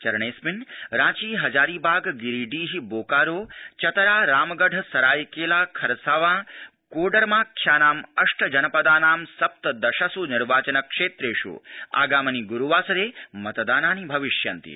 चरणेऽस्मिन् रांची हजारीबाग गिरीडीह बोकारो चतरा रामगढ सरायकेला खरसावां कोडरमाख्यानाम् अप्ताजनपदानां सप्तदशसू निर्वाचन क्षेत्रेष् आगामिनि ग्रुवासरे मतदानानि भविष्यन्ति